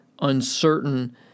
uncertain